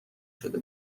شده